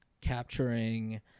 capturing